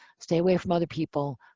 stay away from other people.